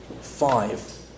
Five